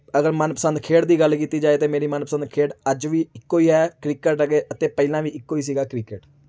ਅਗਰ ਮਨਪਸੰਦ ਖੇਡ ਦੀ ਗੱਲ ਕੀਤੀ ਜਾਏ ਤਾਂ ਮੇਰੀ ਮਨਪਸੰਦ ਖੇਡ ਅੱਜ ਵੀ ਇੱਕੋ ਹੀ ਹੈ ਕ੍ਰਿਕਟ ਅੱਗੇ ਅਤੇ ਪਹਿਲਾਂ ਵੀ ਇੱਕੋ ਹੀ ਸੀਗਾ ਕ੍ਰਿਕਟ